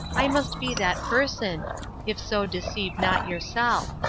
i must be that person if so deceive not yourself.